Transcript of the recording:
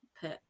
put